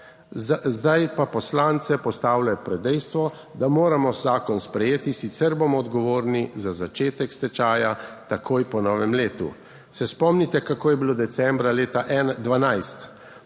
Zdaj pa poslance postavljate pred dejstvo, da moramo zakon sprejeti, sicer bomo odgovorni za začetek stečaja takoj po novem letu. Se spomnite, kako je bilo decembra leta 2012?